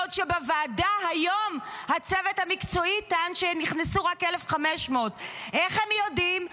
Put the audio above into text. בעוד שבוועדה היום הצוות המקצועי טען שנכנסו רק 1,500. איך הם יודעים?